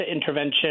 intervention